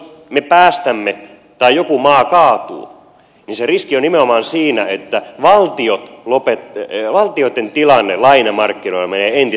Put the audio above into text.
jos me päästämme tai joku maa kaatuu niin se riski on nimenomaan siinä että valtioitten tilanne lainamarkkinoilla menee entistä vakavammaksi